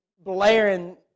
blaring